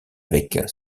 avec